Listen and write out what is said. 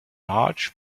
large